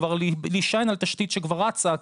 כבר להישען על תשתית שכבר רצה,